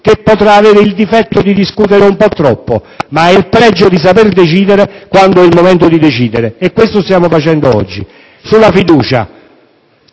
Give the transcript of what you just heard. che potrà avere il difetto di discutere un po' troppo, ma che ha il pregio di saper decidere quando è il momento di decidere. E questo stiamo facendo oggi. In merito